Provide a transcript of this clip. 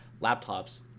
laptops